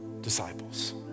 disciples